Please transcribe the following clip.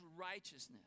righteousness